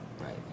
Right